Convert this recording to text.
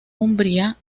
umbría